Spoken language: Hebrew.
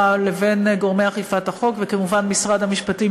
לבין גורמי אכיפת החוק וכמובן משרד המשפטים,